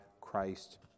Christ